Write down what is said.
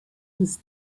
was